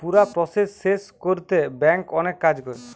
পুরা প্রসেস শেষ কোরতে ব্যাংক অনেক কাজ করে